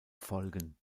folgen